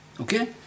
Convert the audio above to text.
Okay